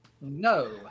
No